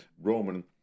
Roman